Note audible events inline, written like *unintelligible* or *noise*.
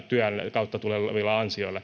kautta tulevilla ansioilla *unintelligible*